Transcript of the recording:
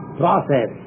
process